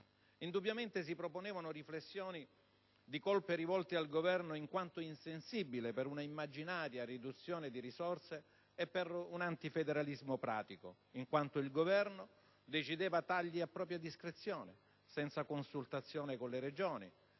Indubbiamente, si proponevano riflessioni circa colpe ascritte al Governo in quanto insensibile, per una immaginaria riduzione di risorse e per un antifederalismo pratico, in quanto esso decideva tagli a propria discrezione, senza consultazione con le Regioni,